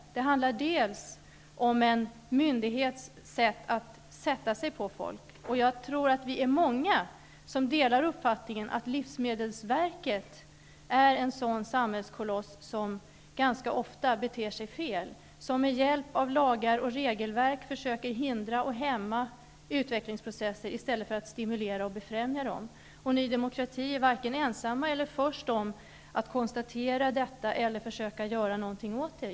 Det handlar om en myndighets sätt att sätta sig på folk. Jag tror att vi är många som delar uppfattningen att livsmedelsverket är en sådan samhällskoloss som ganska ofta beter sig fel och som med hjälp av lagar och regelverk försöker hindra och hämma utvecklingsprocesser i stället för att stimulera och befrämja dem. Ni i Ny demokrati är varken ensamma eller först om att konstatera detta eller försöka göra någonting åt det.